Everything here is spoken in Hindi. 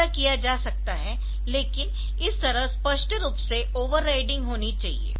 ऐसा किया जा सकता है लेकिन इस तरह स्पष्ट रूप से ओवरराइडिंग होनी चाहिए